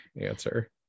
answer